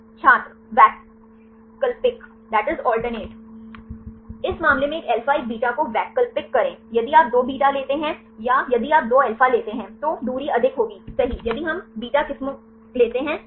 छात्र वैकल्पिक इस मामले में एक अल्फा एक बीटा को वैकल्पिक करें यदि आप 2 बीटा लेते हैं या यदि आप 2 अल्फा लेते हैं तो दूरी अधिक होगी सही यदि हम बीटा किस्में को लेते हैं सही